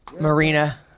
Marina